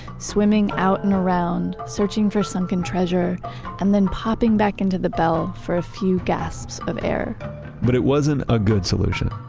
swimming out and around searching for sunken treasure and then popping back into the bell for a few gasps of air but it wasn't a good solution.